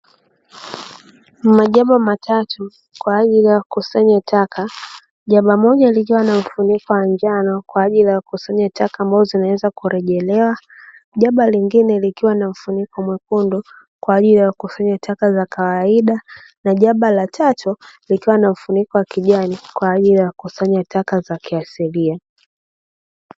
Majaba matatu kwa ajili ya kukusanya taka. Jaba moja likiwa na mfunikowa njano kwa ajili ya kukusanya taka ambazo zinaweza kurejelewa, jaba lingine likiwa na mfuniko mwekundu kwa ajili ya kukusanya taka za kawaida, na jaba la tatu likiwa na mfuniko wa kijani kwa ajili ya kukusanya taka za kiasilia.